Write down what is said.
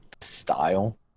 style